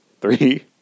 Three